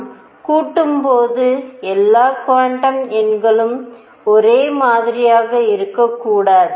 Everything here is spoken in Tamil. நான் கூட்டும்போது எல்லா குவாண்டம் எண்களும் ஒரே மாதிரியாக இருக்கக்கூடாது